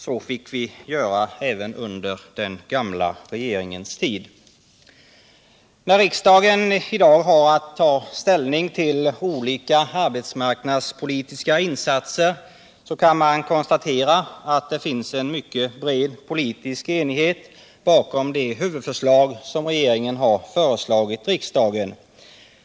Så fick vi göra även under den gamla regeringens tid. När riksdagen i dag har att ta ställning till olika arbetsmarknadspolitiska insatser kan man konstatera att det finns en mycket bred politisk enighet bakom de huvudförslag som regeringen har föreslagit riksdagen.